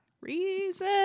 reason